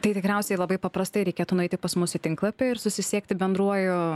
tai tikriausiai labai paprastai reikėtų nueiti pas mus į tinklapį ir susisiekti bendruoju